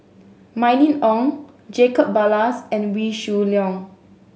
Mylene Ong Jacob Ballas and Wee Shoo Leong